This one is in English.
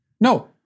No